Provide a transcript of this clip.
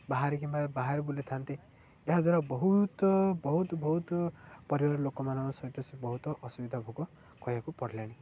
ବାହାରେ କିମ୍ବା ବାହାରେ ବୁଲିଥାନ୍ତି ଏହାଦ୍ୱାରା ବହୁତ ବହୁତ ବହୁତ ପରିବାର ଲୋକମାନଙ୍କ ସହିତ ସେ ବହୁତ ଅସୁବିଧା ଭୋଗ କହିବାକୁ ପଡ଼ିଲେଣି